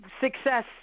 Success